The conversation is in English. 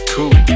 Cool